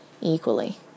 equally